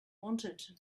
wanted